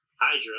Hydra